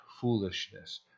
foolishness